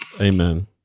Amen